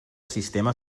sistema